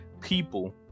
people